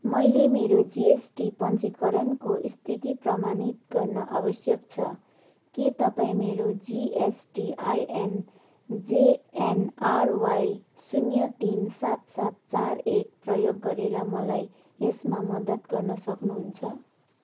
मैले मेरो जिएसटी पञ्जीकरणको स्थिति प्रमाणित गर्न आवश्यक छ के तपाईँ मेरो जिएसटिआइएन जेएनआरवाई शून्य तिन सात सात चार एक प्रयोग गरेर मलाई यसमा मद्दत गर्न सक्नुहुन्छ